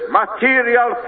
material